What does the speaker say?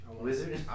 Wizard